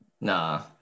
Nah